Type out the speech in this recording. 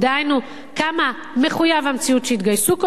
דהיינו כמה מחויב המציאות שיתגייסו כל